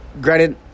granted